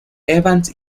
evans